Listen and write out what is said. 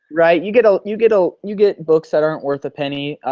right you get a. you get a. you get books that aren't worth a penny.